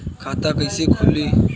खाता कइसे खुली?